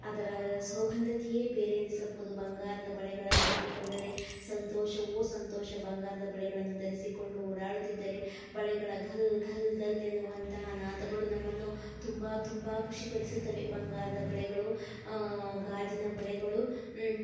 ಅದರ ಸೌಗಂಧತೆಯೇ ಬೇರೆ ಎನಿಸಬಹುದು ಬಂಗಾರದ ಬಳೆಗಳನ್ನು ಹಾಕಿಕೊಂಡರೆ ಸಂತೋಷವೋ ಸಂತೋಷ ಬಂಗಾರದ ಬಳೆಗಳನ್ನು ಧರಿಸಿಕೊಂಡು ಓಡಾಡುತ್ತಿದ್ದರೆ ಬಳೆಗಳ ಘಲ್ ಘಲ್ ಘಲ್ ಎನ್ನುವಂತಹ ನಾದಗಳು ನಮ್ಮನ್ನು ತುಂಬ ತುಂಬ ಖುಷಿಪಡಿಸುತ್ತವೆ ಬಂಗಾರದ ಬಳೆಗಳು ಗಾಜಿನ ಬಳೆಗಳು